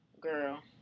girl